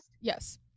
yes